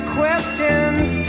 questions